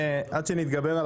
נמל חיפה,